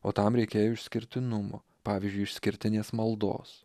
o tam reikėjo išskirtinumo pavyzdžiui išskirtinės maldos